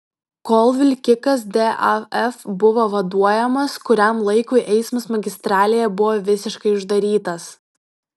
kol vilkikas daf buvo vaduojamas kuriam laikui eismas magistralėje buvo visiškai uždarytas